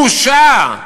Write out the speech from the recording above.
בושה,